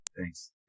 Thanks